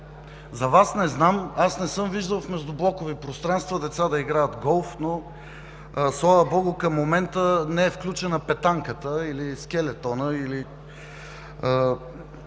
За Вас не знам, аз не съм виждал в междублокови пространства деца да играят голф, но, слава богу, към момента не е включена петанката или скелетонът, или…